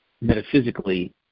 metaphysically –